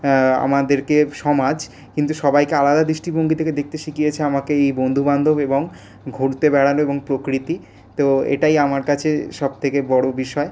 আমাদেরকে সমাজ কিন্তু সবাইকে আলাদা দৃষ্টিভঙ্গি থেকে দেখতে শিখিয়েছে আমাকে এই বন্ধুবান্ধব এবং ঘুরতে বেড়ানো এবং প্রকৃতি তো এটাই আমার কাছে সব থেকে বড়ো বিষয়